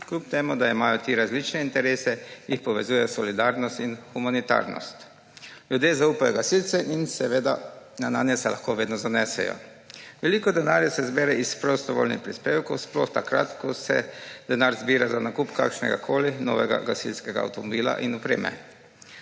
kljub temu da imajo ti različne interese, jih povezuje solidarnost in humanitarnost. Ljudje zaupajo gasilcem in nanje se lahko vedno zanesejo. Veliko denarja se zbere iz prostovoljnih prispevkov, sploh takrat, ko se denar zbira za nakup novega gasilskega avtomobila in opreme.